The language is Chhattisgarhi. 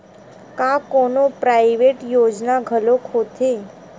का कोनो प्राइवेट योजना घलोक होथे?